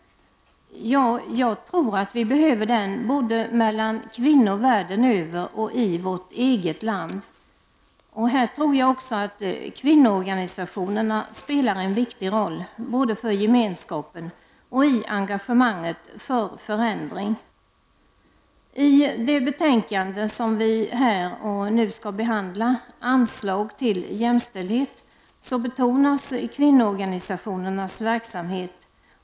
Ja, jag tror att vi behöver den, både mellan kvinnor världen över och i vårt eget land. Här tror jag också att kvinnoorganisationerna spelar en viktig roll för både gemenskapen och engagemanget för förändring. I det betänkande som vi här skall behandla, Anslag till jämställdhet, betonas kvinnoorganisationernas verksamhet.